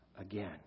again